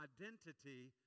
identity